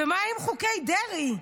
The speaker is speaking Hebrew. ומה עם חוקי דרעי?